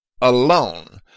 alone